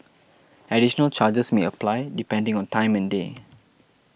additional charges may apply depending on time and day